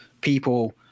people